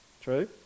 True